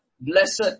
blessed